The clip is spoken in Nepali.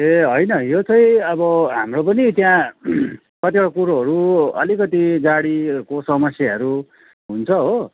ए होइन यो चाहिँ अब हाम्रो पनि त्यहाँ कतिवटा कुरोहरू अलिकति गाडीको समस्याहरू हुन्छ हो